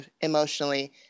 emotionally